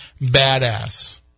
Badass